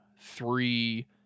three